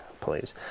please